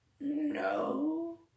No